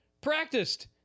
practiced